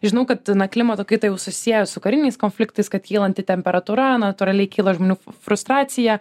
žinau kad klimato kaitą jau susieja su kariniais konfliktais kad kylanti temperatūra natūraliai kyla žmonių f frustracija